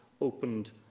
opened